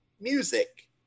music